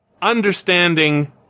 understanding